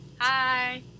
Hi